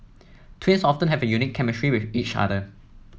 twins often have a unique chemistry with each other